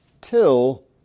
till